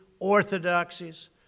orthodoxies